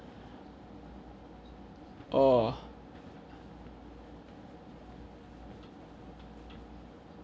oh